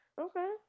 okay